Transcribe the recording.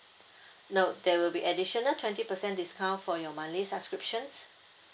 no there will be additional twenty percent discount for your monthly subscriptions